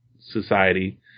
society